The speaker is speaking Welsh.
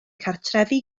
cartrefi